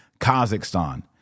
Kazakhstan